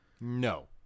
No